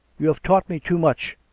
you have taught me too much,